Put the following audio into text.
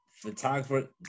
photographer